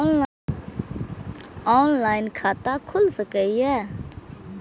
Online खाता खुल सके ये?